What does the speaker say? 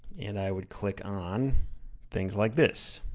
and i would click on things like this.